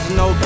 no